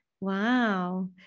Wow